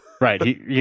Right